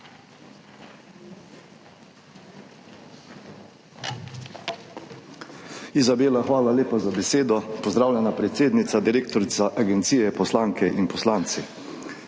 Izabela, hvala lepa za besedo. Pozdravljeni predsednica, direktorica agencije, poslanke in poslanci!